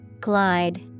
Glide